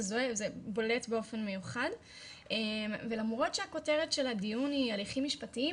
זה בולט באופן מיוחד ולמרות שהכותרת של הדיון היא הליכים משפטיים,